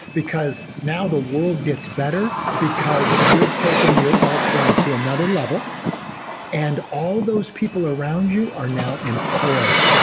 because now the world gets better because you're taking your art form to another level and all those people around you are now employed,